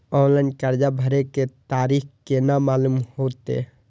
Online कर्जा भरे के तारीख केना मालूम होते?